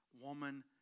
woman